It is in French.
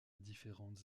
différentes